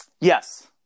Yes